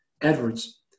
Edwards